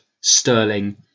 Sterling